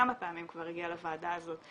כמה פעמים הוא כבר הגיע לוועדה הזאת,